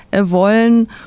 wollen